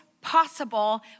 possible